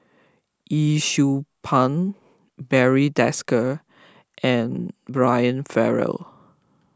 Yee Siew Pun Barry Desker and Brian Farrell